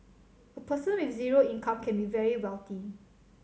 a person with zero income can be very wealthy